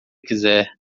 quiser